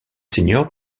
seniors